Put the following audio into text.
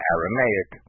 Aramaic